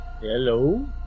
Hello